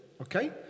Okay